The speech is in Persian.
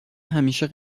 همیشه